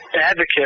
advocate